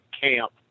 camp